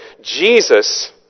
Jesus